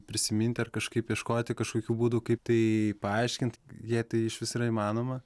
prisiminti ar kažkaip ieškoti kažkokių būdų kaip tai paaiškinti jei tai išvis yra įmanoma